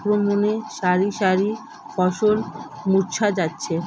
পোকার আক্রমণে শারি শারি ফসল মূর্ছা যাচ্ছে